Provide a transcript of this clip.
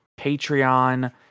Patreon